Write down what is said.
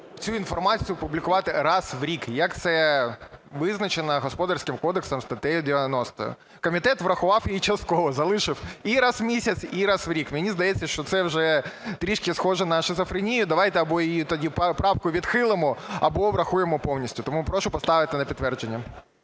цю інформацію публікувати раз у рік, як це визначено Господарським кодексом (статтею 90). Комітет врахував її частково, залишив і раз у місяць, і раз у рік. Мені здається, що це вже трішки схоже на шизофренію. Давайте, або її тоді, правку, відхилимо, або врахуємо повністю. Тому прошу поставити на підтвердження